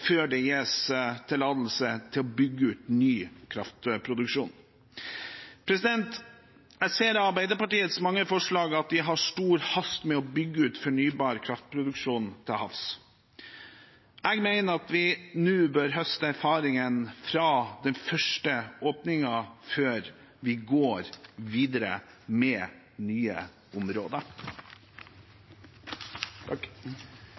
før det gis tillatelse til å bygge ut ny kraftproduksjon. Jeg ser av Arbeiderpartiets mange forslag at man har stor hast med å bygge ut fornybar kraftproduksjon til havs. Jeg mener at vi bør høste erfaringer fra den første åpningen før vi går videre med nye